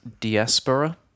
diaspora